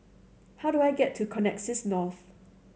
how do I get to Connexis North